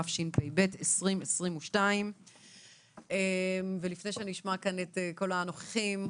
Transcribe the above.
התשפ"ב 2022. לפני שנשמע כאן את כל הנוכחים,